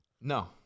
No